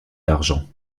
d’argent